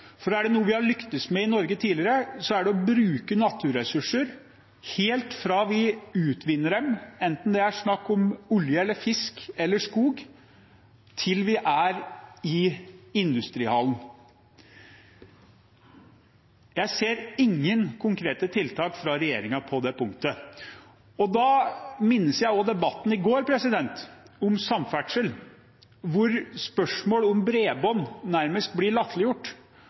for er det noe vi har lyktes med i Norge tidligere, er det å bruke naturressurser, helt fra vi utvinner dem – enten det er snakk om olje, fisk eller skog – til vi er i industrihallen. Jeg ser ingen konkrete tiltak fra regjeringen på det punktet. Da minnes jeg også debatten i går, om samferdsel, hvor spørsmålet om bredbånd nærmest ble latterliggjort,